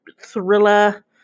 thriller